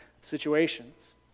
situations